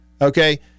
Okay